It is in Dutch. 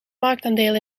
marktaandeel